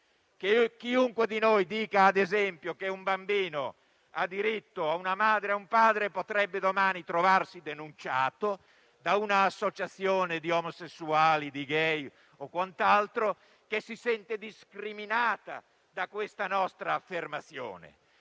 che chiunque di noi dica, ad esempio, che un bambino ha diritto ad avere una madre e un padre potrebbe domani trovarsi denunciato da una associazione di omosessuali, di *gay* o altro che si sente discriminata da questa nostra affermazione